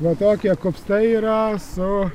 va tokie kupstai yra su